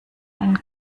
einen